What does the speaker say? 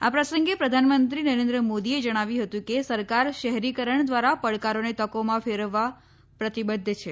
આ પ્રસંગે પ્રધાનમંત્રી નરેન્દ્ર મોદીએ જણાવ્યું હતું કે સરકાર શહેરીકરણ દ્વારા પડકારોને તકોમાં ફરેવવા પ્રતિબદ્ધ છે